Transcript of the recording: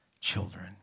children